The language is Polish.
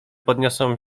podniosą